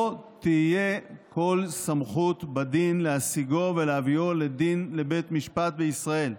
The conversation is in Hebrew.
לא תהיה כל סמכות בדין להשיגו ולהביאו לדין לבית משפט בישראל.